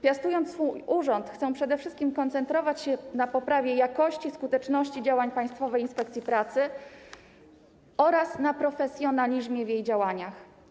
Piastując swój urząd, chcę przede wszystkim koncentrować się na poprawie jakości skuteczności działań Państwowej Inspekcji Pracy oraz na profesjonalizmie w jej działaniach.